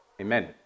Amen